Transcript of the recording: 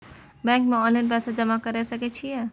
Bank में online पैसा जमा कर सके छीये?